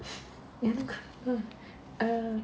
err